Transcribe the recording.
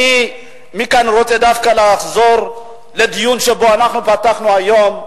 מכאן אני רוצה דווקא לחזור לדיון שבו פתחנו היום,